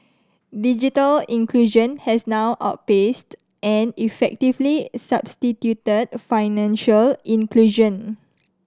digital inclusion has now outpaced and effectively substituted financial inclusion